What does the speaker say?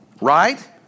right